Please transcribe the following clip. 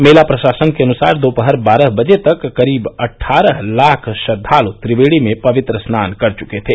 मेला प्रशासन के अनुसार दोपहर बारह बजे तक करीब अठारह लाख श्रद्दालू त्रिवेणी में पवित्र स्नान कर चुके थे